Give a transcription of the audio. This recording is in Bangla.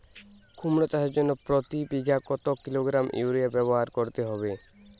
কুমড়ো চাষের জন্য প্রতি বিঘা কত কিলোগ্রাম ইউরিয়া ব্যবহার করতে হবে?